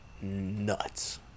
nuts